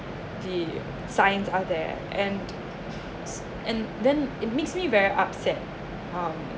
the signs are there and and they mm it makes me very upset um